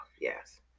Yes